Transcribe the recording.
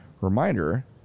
reminder